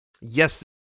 Yes